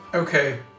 Okay